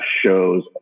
shows